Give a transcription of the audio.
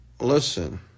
listen